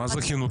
מה זה חינוכי?